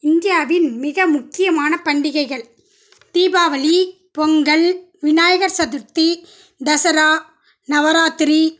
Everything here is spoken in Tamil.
இந்தியாவின் மிக முக்கியமான பண்டிகைகள் தீபாவளி பொங்கல் விநாயகர் சதுர்த்தி தசரா நவராத்திரி